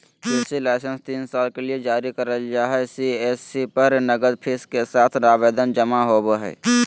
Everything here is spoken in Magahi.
कृषि लाइसेंस तीन साल के ले जारी करल जा हई सी.एस.सी पर नगद फीस के साथ आवेदन जमा होवई हई